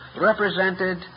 represented